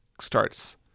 starts